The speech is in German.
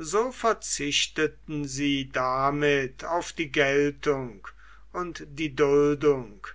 so verzichteten sie damit auf die geltung und die duldung